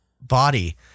body